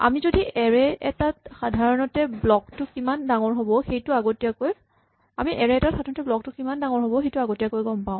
আমি এৰে এটাত সাধাৰণতে ব্লক টো কিমান ডাঙৰ হ'ব সেইটো আগতীয়াকৈ গম পাওঁ